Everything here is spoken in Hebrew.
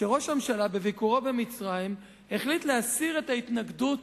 שראש הממשלה בביקורו במצרים החליט להסיר את ההתנגדות